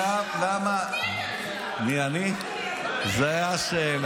כי אתה, מה אתה עושה בכלל בקבינט?